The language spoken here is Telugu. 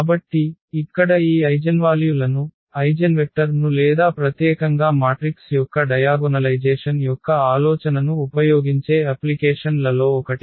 కాబట్టి ఇక్కడ ఈ ఐగెన్వాల్యు లను ఐగెన్వెక్టర్ ను లేదా ప్రత్యేకంగా మాట్రిక్స్ యొక్క డయాగొనలైజేషన్ యొక్క ఆలోచనను ఉపయోగించే అప్లికేషన్ లలో ఒకటి